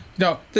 No